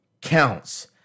counts